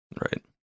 Right